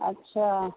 अच्छा